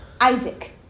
Isaac